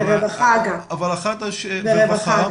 אבל אחת השאלות --- וגם רווחה.